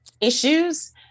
issues